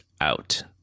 out